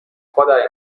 خدای